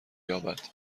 یابد